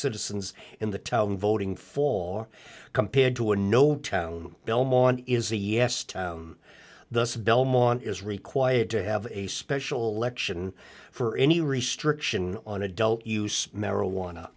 citizens in the town voting for compared to an old town belmont is a yes town thus belmont is required to have a special election for any restriction on adult use marijuana